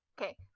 Okay